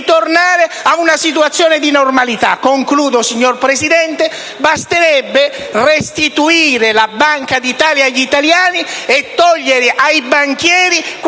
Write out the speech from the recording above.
a una situazione di normalità. Avviandomi alla conclusione, signor Presidente, basterebbe restituire la Banca d'Italia agli italiani e togliere ai banchieri quella